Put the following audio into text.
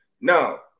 now